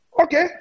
Okay